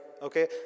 okay